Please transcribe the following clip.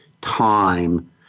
time